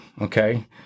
Okay